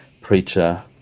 preacher